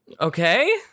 Okay